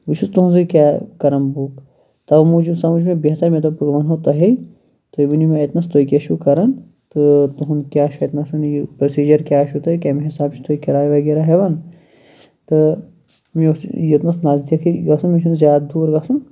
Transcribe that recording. بہٕ چھُس تُہٕنٛزٕے کیب کَران بُک تَوے موٗجوب سَمجھ مےٚ بہتَر مےٚ دوٚپ بہٕ وَنہو تۄہے تُہۍ ؤنِو مےٚ اتنس تُہۍ کیاہ چھِو کَران تہٕ تُہُنٛد کیاہ چھُ اتنَسَن یہِ پروسیٖجَر کیاہ چھو تۄہہِ کمہِ حِساب چھو تُہۍ کِراے وَغیرہ ہیٚوان تہٕ مےٚ اوس ییٚتنَس نَزدیٖک گَژھُن مےٚ چھُنہٕ زیاد دوٗر گَژھُن